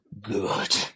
good